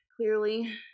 Clearly